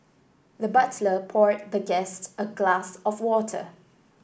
the butler poured the guest a glass of water